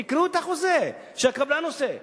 תקראו את החוזה שהקבלן עושה,